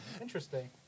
Interesting